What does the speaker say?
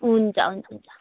हुन्छ हुन्छ